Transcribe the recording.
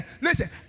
Listen